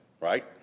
right